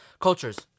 cultures